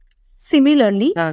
Similarly